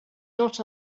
not